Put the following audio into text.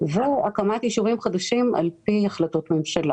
והקמת יישובים חדשים על פי החלטות ממשלה.